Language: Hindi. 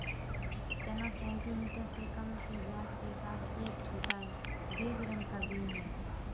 चना सेंटीमीटर से कम के व्यास के साथ एक छोटा, बेज रंग का बीन है